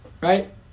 right